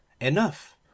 Enough